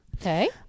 Okay